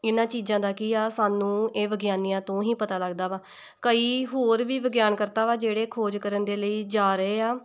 ਇਹਨਾਂ ਚੀਜ਼ਾਂ ਦਾ ਕੀ ਆ ਸਾਨੂੰ ਇਹ ਵਿਗਿਆਨੀਆਂ ਤੋਂ ਹੀ ਪਤਾ ਲੱਗਦਾ ਵਾ ਕਈ ਹੋਰ ਵੀ ਵਿਗਿਆਨ ਕਰਤਾ ਵਾ ਜਿਹੜੇ ਖੋਜ ਕਰਨ ਦੇ ਲਈ ਜਾ ਰਹੇ ਆ